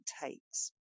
takes